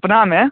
अपनामे